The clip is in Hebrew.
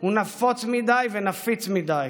הוא נפוץ מדי ונפיץ מדי.